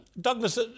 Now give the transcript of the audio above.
Douglas